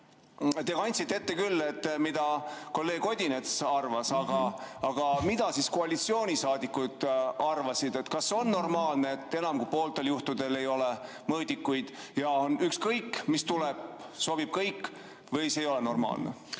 Te kandsite ette küll, mida kolleeg Odinets arvas, aga mida koalitsiooni saadikud arvasid? Kas on normaalne, et enam kui pooltel juhtudel ei ole mõõdikuid ja ükskõik, mis tuleb, kõik sobib, või see ei ole normaalne?